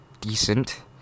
decent